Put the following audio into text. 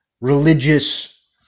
religious